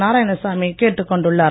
நாராயணசாமி கேட்டுக்கொண்டுள்ளார்